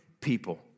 people